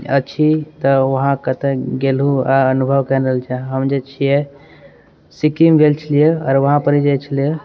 आओर छी तऽ वहाँ कतए गेलहुँ आओर अनुभव कयने छियै हम जे छियै सिक्किम गेल छलियै आओर वहाँपर जे छलै